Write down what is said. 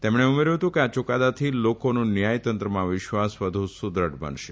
તેમણે ઉમેર્થું હતું કે આ યુકાદાથી લોકોનો ન્યાય તંત્રમાં વિશ્વાસ વધુ સુદૃઢ બનશે